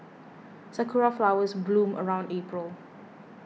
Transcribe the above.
sakura flowers bloom around April